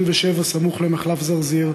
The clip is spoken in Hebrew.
סמוך למחלף זרזיר,